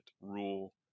rule